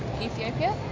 Ethiopia